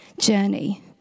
journey